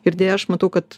ir deja aš matau kad